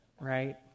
right